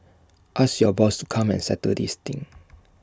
ask your boss to come and settle this thing